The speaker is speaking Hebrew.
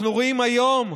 אנחנו רואים היום,